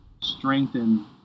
strengthen